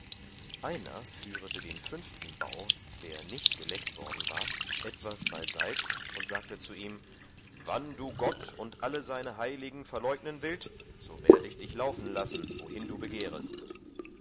einer führete den fünften baur der nicht geleckt war worden etwas beiseits und sagte zu ihm wann du gott und alle seine heiligen verleugnen willt so werde ich dich laufen lassen wohin du begehrest